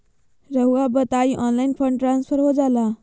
रहुआ बताइए online fund transfer हो जाला?